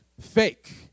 fake